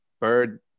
bird